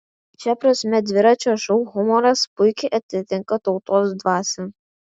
šia prasme dviračio šou humoras puikiai atitinka tautos dvasią